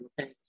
okay